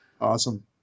Awesome